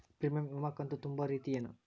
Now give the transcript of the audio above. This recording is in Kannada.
ಪ್ರೇಮಿಯಂ ವಿಮಾ ಕಂತು ತುಂಬೋ ರೇತಿ ಏನು?